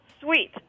sweet